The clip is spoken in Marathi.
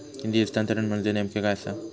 निधी हस्तांतरण म्हणजे नेमक्या काय आसा?